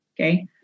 okay